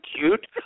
cute